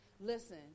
Listen